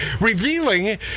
revealing